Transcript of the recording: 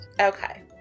Okay